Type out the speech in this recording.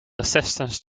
resistance